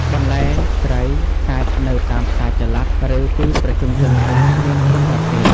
បន្លែ ត្រី សាច់នៅតាមផ្សារចល័ត ឬទីប្រជុំជនខ្លះមានគ្រប់ប្រភេទ។